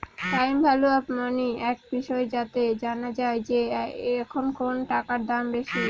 time value of money একটা বিষয় যাতে জানা যায় যে এখন কোনো টাকার দাম বেশি